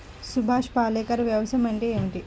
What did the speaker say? సుభాష్ పాలేకర్ వ్యవసాయం అంటే ఏమిటీ?